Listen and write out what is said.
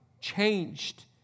changed